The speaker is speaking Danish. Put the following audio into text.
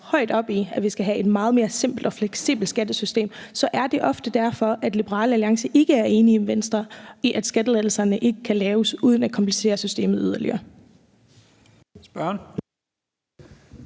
højt op i, at vi skal have et meget mere simpelt og fleksibelt skattesystem, er det ofte derfor, at Liberal Alliance ikke er enige med Venstre i, at skattelettelserne ikke kan laves uden at komplicere systemet yderligere.